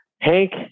Hank